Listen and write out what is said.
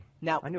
Now